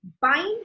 Bind